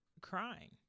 crying